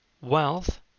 wealth